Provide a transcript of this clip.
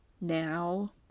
Now